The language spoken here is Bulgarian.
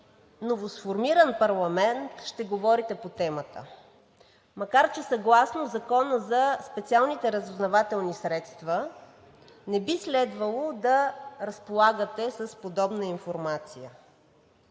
новосформиран парламент ще говорите по темата, макар че съгласно Закона за специалните разузнавателни средства не би следвало да разполагате с подобна информация.